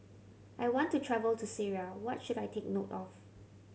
I want to travel to Syria what should I take note of